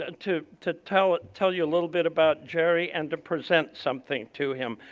and to to tell tell you a little bit about jerry and to present something to him.